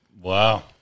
Wow